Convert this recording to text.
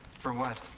for what?